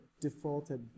defaulted